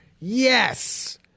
Yes